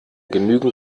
genügend